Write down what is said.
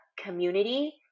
community